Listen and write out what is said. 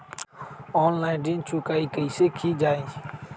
Online ऋण चुकाई कईसे की ञाई?